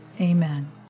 Amen